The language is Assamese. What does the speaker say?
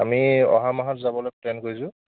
আমি অহা মাহত যাবলৈ প্লেন কৰিছোঁ